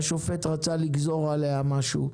והשופט רצה לגזור עליה משהו.